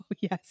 yes